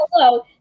hello